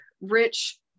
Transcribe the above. rich